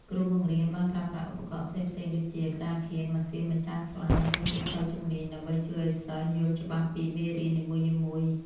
គ្រូបង្រៀនបានប្រើប្រាស់ឧបករណ៍ផ្សេងៗដូចជា ក្តារខៀន ម៉ាស៊ីនបញ្ចាំងស្លាយ និងសៀវភៅជំនាញ ដើម្បីជួយឱ្យសិស្សយល់ច្បាស់ពីមេរៀននីមួយៗ។